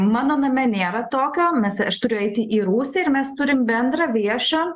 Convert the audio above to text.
mano name nėra tokio mes aš turiu eiti į rūsį ir mes turim bendrą viešą